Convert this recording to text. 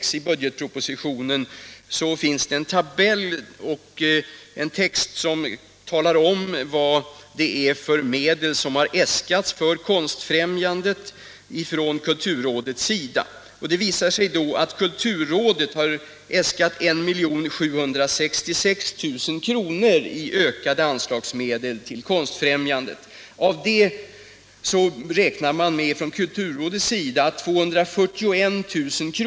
12 till budgetpropositionen finns en tabell och en text som talar om vilka medel som har äskats för Konstfrämjandet från kulturrådets sida. Där framgår att kulturrådet har äskat 1766 000 kr. i ökade anslagsmedel till Konstfrämjandet. Kulturrådet räknar här med att 241 000 kr.